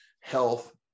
health